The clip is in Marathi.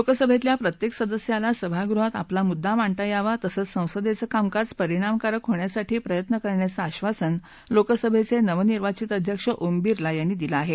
लोकसभेतल्या प्रत्येक सदस्याला सभागृहात आपला मुद्दा मांडता यावा तसंच संसदेचं कामकाज परिणामकारक होण्यासाठी प्रयत्न करण्याचं आधासन लोकसभेचे नवनिर्वाचित अध्यक्ष ओम बिर्ला यांनी दिलं आहे